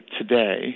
today